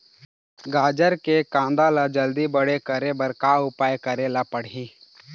गाजर के कांदा ला जल्दी बड़े करे बर का उपाय करेला पढ़िही?